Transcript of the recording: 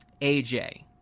AJ